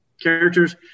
characters